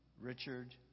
Richard